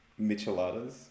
Micheladas